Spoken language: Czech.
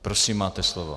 Prosím, máte slovo.